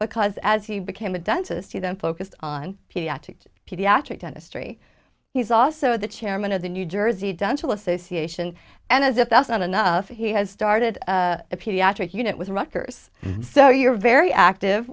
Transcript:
because as he became a dentist to them focused on pediatric pediatric dentist three he's also the chairman of the new jersey dental association and as if that's not enough he has started a pediatric unit with rutgers so you're very active